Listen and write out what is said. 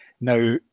Now